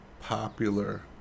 popular